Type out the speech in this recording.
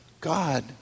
God